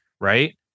Right